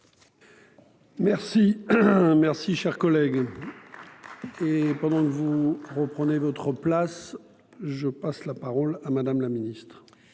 Merci. Merci cher collègue. Et pendant que vous. Prenez votre place je passe la parole à Madame la Ministre.